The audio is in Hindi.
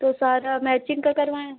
तो सारा मैचिंग का करवाएँ